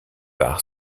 par